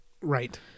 Right